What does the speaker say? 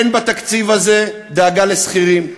אין בתקציב הזה דאגה לשכירים,